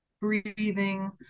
breathing